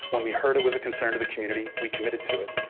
when we heard it was a concern of the community, we committed to it,